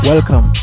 Welcome